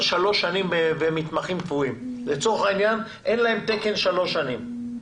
שלוש שנים כמתמחים קבועים כאשר לצורך העניין אין להם תקן שלוש שנים,